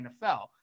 NFL